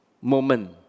moment